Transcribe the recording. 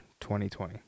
2020